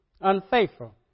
unfaithful